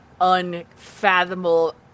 unfathomable